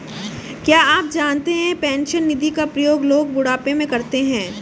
क्या आप जानते है पेंशन निधि का प्रयोग लोग बुढ़ापे में करते है?